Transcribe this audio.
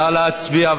נא להצביע.